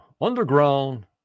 underground